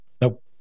Nope